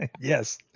Yes